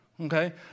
okay